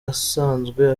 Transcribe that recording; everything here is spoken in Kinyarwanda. asanzwe